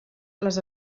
les